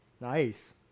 Nice